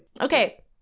Okay